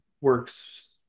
works